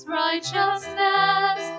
righteousness